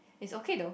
it's okay though